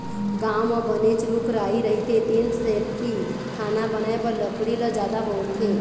गाँव म बनेच रूख राई रहिथे तेन सेती खाना बनाए बर लकड़ी ल जादा बउरथे